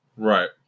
Right